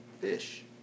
fish